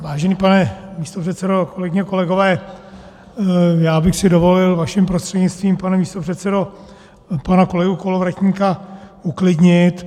Vážený pane místopředsedo, kolegyně a kolegové, já bych si dovolil vaším prostřednictvím, pane místopředsedo, pana kolegu Kolovratníka uklidnit.